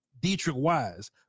Dietrich-wise